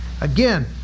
Again